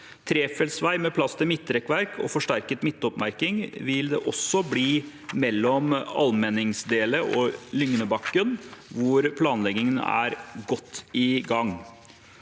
Trefelts vei med plass til midtrekkverk og forsterket midtoppmerking vil det også bli mellom Almenningsdelet og Lygnebakken, hvor planleggingen er godt i gang.